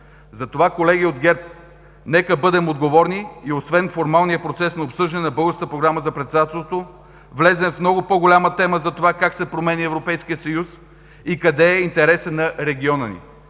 Затова, колеги от ГЕРБ, нека бъдем отговорни и освен формалния процес на обсъждане на българската програма за председателството, влезем в много по-голяма тема за това как се променя Европейския съюз и къде е интересът на региона ни.